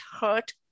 hurt